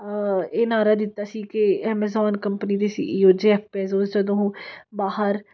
ਇਹ ਨਾਰਾ ਦਿੱਤਾ ਸੀ ਕਿ ਐਮਜੋਨ ਕੰਪਨੀ ਦੇ C E O Jeff Bezos ਜਦੋਂ ਉਹ ਬਾਹਰ